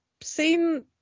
seen